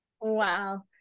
Wow